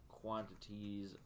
quantities